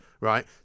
right